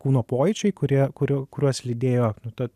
kūno pojūčiai kurie kurių kuriuos lydėjo ta